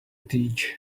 teach